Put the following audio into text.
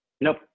Nope